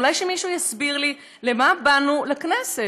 אולי שמישהו יסביר לי, למה באנו לכנסת.